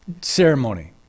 ceremony